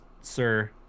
Sir